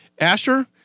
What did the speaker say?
Asher